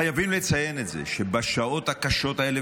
חייבים לציין את זה בשעות הקשות האלה,